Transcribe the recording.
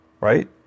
right